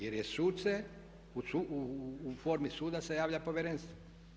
Jer je suce, u formi sudaca se javlja Povjerenstvo.